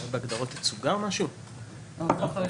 התקופה הראשונה היא התקופה שעד גביית יום הפירעון כפי שנקבע